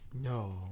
No